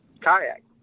kayak